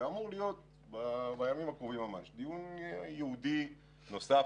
ואמור להיות בימים הקרובים ממש דיון ייעודי נוסף,